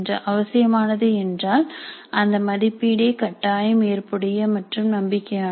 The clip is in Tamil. அவசியமானது என்றால் அந்த மதிப்பீடே கட்டாயம் ஏற்புடைய மற்றும் நம்பிக்கையானது